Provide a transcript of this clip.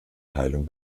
teilung